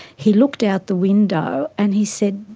he looked out the window and he said,